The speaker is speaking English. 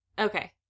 Okay